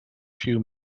few